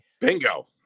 Bingo